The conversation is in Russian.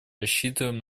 рассчитываем